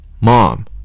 Mom